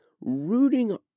rooting